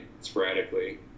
Sporadically